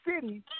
city